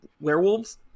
werewolves